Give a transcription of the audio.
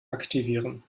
aktivieren